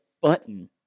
button